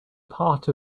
part